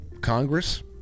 Congress